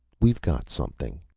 we've got something.